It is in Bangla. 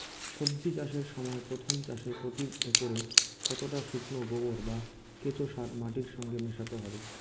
সবজি চাষের সময় প্রথম চাষে প্রতি একরে কতটা শুকনো গোবর বা কেঁচো সার মাটির সঙ্গে মেশাতে হবে?